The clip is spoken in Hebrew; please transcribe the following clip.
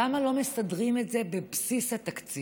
למה לא מסדרים את זה בבסיס התקציב?